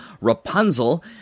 Rapunzel